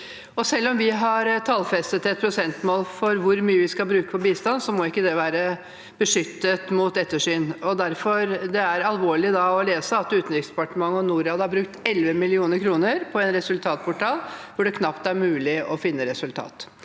selv om vi har tallfestet et prosentmål for hvor mye vi skal bruke på bistand, må ikke det være beskyttet mot ettersyn. Derfor er det alvorlig å lese at Utenriksdepartementet og Norad har brukt elleve millioner kroner på en resultatportal hvor det knapt er mulig å finne resultater.